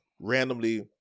randomly